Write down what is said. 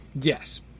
Yes